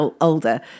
older